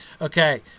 Okay